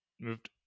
moved